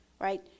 right